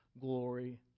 glory